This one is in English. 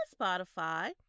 Spotify